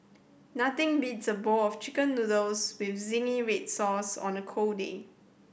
nothing beats a bowl of Chicken Noodles with zingy red sauce on a cold day